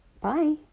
Bye